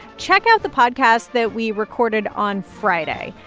check out the podcast that we recorded on friday.